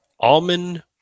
almond